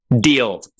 Deal